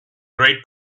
great